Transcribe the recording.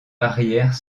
arrière